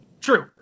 True